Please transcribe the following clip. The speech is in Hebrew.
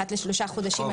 אחת לשלושה חודשים,